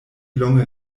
longe